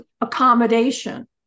accommodation